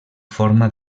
forma